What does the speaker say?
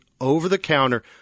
over-the-counter